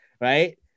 right